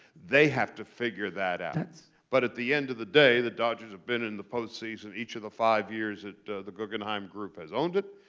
they have to figure that out. but at the end of the day, the dodgers have been in the postseason each of the five years that the guggenheim group has owned it.